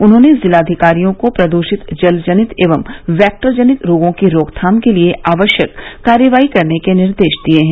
उन्होंने जिलाधिकारियों को प्रदूषित जलजनित एवं वैक्टर जनित रोगों की रोकथाम के लिये आवश्यक कार्रवाई करने के निर्देश दिये हैं